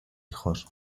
hijos